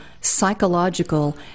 psychological